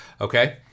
Okay